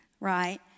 right